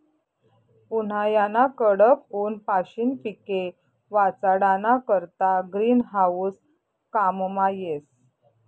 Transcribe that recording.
उन्हायाना कडक ऊनपाशीन पिके वाचाडाना करता ग्रीन हाऊस काममा येस